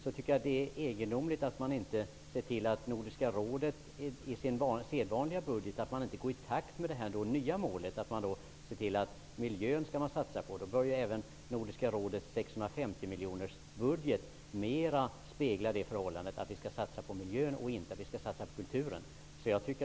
Hur kan det komma sig att Nordiska rådet inte inom ramen för sin sedvanliga budget arbetar för att satsa på miljön? Nordiska rådets 650-miljonersbudget borde mera spegla en inriktning på miljön än på kulturen.